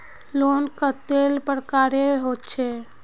Loan कतेला प्रकारेर होचे?